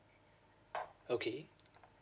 okay